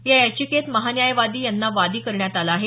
या याचिकेत महान्यायवादी यांना वादी करण्यात आलं आहे